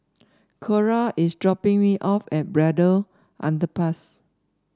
Cora is dropping me off at Braddell Underpass